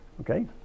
Okay